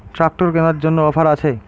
Tractor কেনার জন্য offer আছে?